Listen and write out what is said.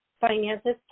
finances